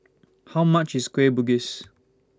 How much IS Kueh Bugis